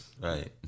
right